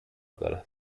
دارد